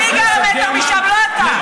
אני גרה מטר משם, לא אתה.